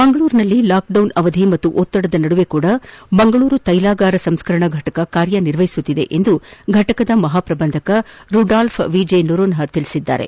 ಮಂಗಳೂರಿನಲ್ಲಿ ಲಾಕ್ಡೌನ್ ಅವಧಿ ಮತ್ತು ಒತ್ತಡದ ನಡುವೆಯೂ ಮಂಗಳೂರು ತೈಲಾಗಾರ ಸಂಸ್ಕರಣಾ ಫಟಕ ಕಾರ್ಯನಿರ್ವಹಿಸುತ್ತಿದೆ ಎಂದು ಘಟಕದ ಮಹಾ ಪ್ರಬಂಧಕ ರುಡಾಲ್ಫೆ ವಿ ಜೆ ನೊರೋನ್ನ ತಿಳಿಸಿದ್ದಾರೆ